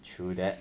true that